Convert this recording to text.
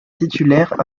titulaire